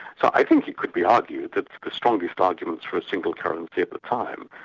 so i think it could be argued that the strongest arguments for a single currency at the time,